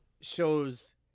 shows